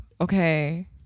okay